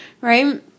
right